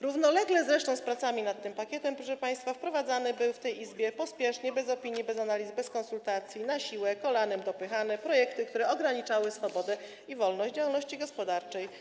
Równolegle zresztą z pracami nad tym pakietem, proszę państwa, wprowadzane były w tej Izbie pospiesznie, bez opinii, bez analiz, bez konsultacji, na siłę, kolanem dopychane projekty, które ograniczały swobodę i wolność działalności gospodarczej.